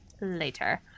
later